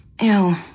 ew